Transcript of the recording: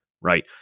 right